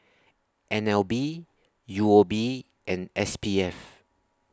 N L B U O B and S P F